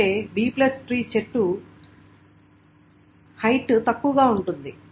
అంటే B చెట్టు ఎత్తు తక్కువగా ఉంటుంది